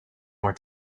more